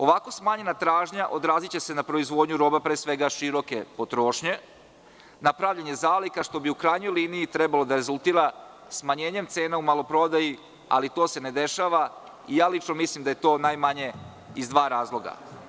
Ovako smanjena tražnja odraziće se na proizvodnju roba, pre svega, široke potrošnje na pravljenje zaliha, što bi u krajnjoj liniji trebalo da rezultira smanjenjem cena u maloprodaji, ali to se ne dešava i lično mislim da je to najmanje iz dva razloga.